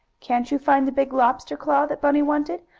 can't you find the big lobster claw that bunny wanted?